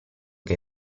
che